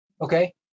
Okay